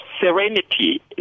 serenity